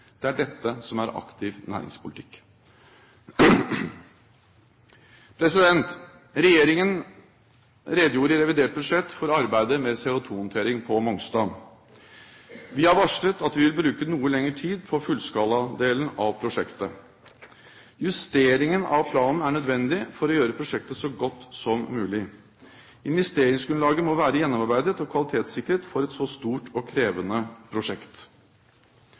Det er dette som er aktiv næringspolitikk. Regjeringen redegjorde i revidert budsjett for arbeidet med CO2-håndtering på Mongstad. Vi har varslet at vi vil bruke noe lengre tid på fullskaladelen av prosjektet. Justeringen av planen er nødvendig for å gjøre prosjektet så godt som mulig. Investeringsgrunnlaget må være gjennomarbeidet og kvalitetssikret for et så stort og krevende prosjekt.